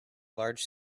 large